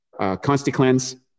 ConstiCleanse